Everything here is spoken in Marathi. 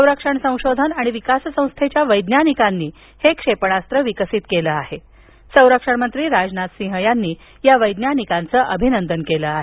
संरक्षण संशोधन आणि विकास संस्थेच्या वैज्ञानिकांनी हे क्षेपणास्त्र विकसित केलं असून संरक्षणमंत्री राजनाथसिंह यांनी या वैज्ञानिकांचं अभिनंदन केलं आहे